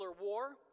war